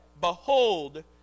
Behold